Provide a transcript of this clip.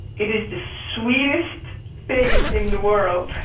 it is the sweetest thing in the world